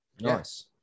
Nice